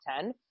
ten